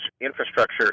infrastructure